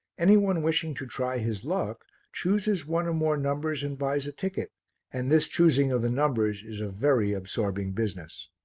any one wishing to try his luck chooses one or more numbers and buys a ticket and this choosing of the numbers is a very absorbing business.